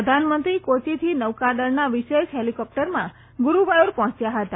પ્રધાનમંત્રી કોચીથી નોકાદળના વિશેષ હેલીકોપ્ટરમાં ગુરૂવાયુર પહોચ્યા હતા